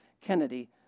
Kennedy